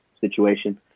situation